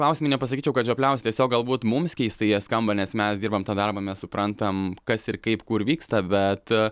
klausimai nepasakyčiau kad žiopliausi tiesiog galbūt mums keistai jie skamba nes mes dirbam tą darbą mes suprantam kas ir kaip kur vyksta bet